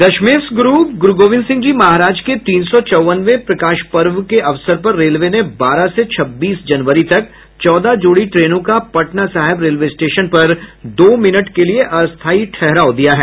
दशमेष गुरू गुरूगोविंद सिंह जी महाराज के तीन सौ चौवनवें प्रकाश पर्व के अवसर पर रेलवे ने बारह से छब्बीस जनवरी तक चौदह जोड़ी ट्रेनों का पटना सहिब रेलवे स्टेशन पर दो मिनट के लिए अस्थायी ठहराव दिया है